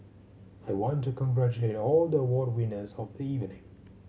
I want to congratulate all the award winners of the evening